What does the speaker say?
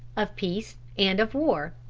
of peace and of war,